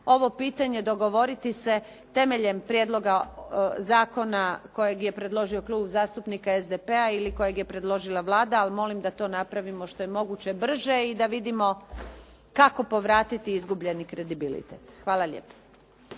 ovo pitanje, dogovoriti se temeljem prijedloga zakona kojeg je predložio Klub zastupnika SDP-a ili kojeg je predložila Vlada ali molim da to napravimo što je moguće brže i da vidimo kako povratiti izgubljeni kredibilitet. Hvala lijepo.